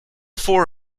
four